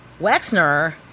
Wexner